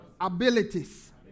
abilities